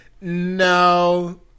no